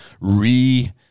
re-